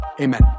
Amen